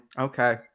Okay